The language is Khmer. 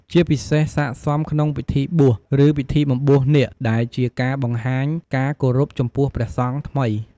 ជាពិសេស ស័ក្តិសមក្នុងពិធីបួស ឬ ពិធីបំបួសនាគ ដែលជាការបង្ហាញការគោរពចំពោះព្រះសង្ឃថ្មី។